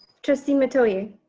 trustee metoyer.